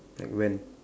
like when